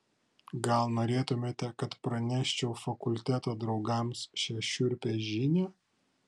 gal norėtumėte kad praneščiau fakulteto draugams šią šiurpią žinią